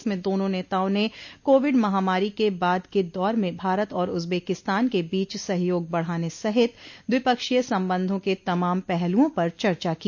इसमें दोनों नेताओं ने कोविड महामारी के बाद के दौर में भारत और उज्बेकिस्तान के बीच सहयोग बढ़ाने सहित द्विपक्षीय संबंधों के तमाम पहुलओं पर चर्चा की